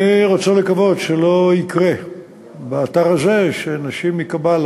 אני רוצה לקוות שלא יקרה באתר הזה שנשים מ"קבלה",